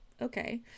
okay